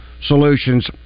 Solutions